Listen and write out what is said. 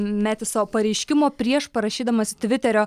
metiso pareiškimo prieš parašydamas tviterio